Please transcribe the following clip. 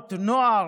תנועות נוער,